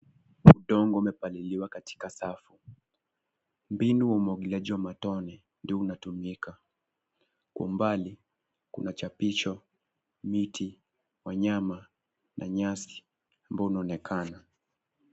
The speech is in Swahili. Udongo umepaliliwa katika safu. Mbinu wa umwagiliaji wa matone ndio unatumika. Kwa umbali, kuna chapisho, miti, wanyama, na nyasi ambao unaonekana.